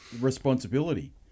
responsibility